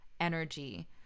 energy